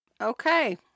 Okay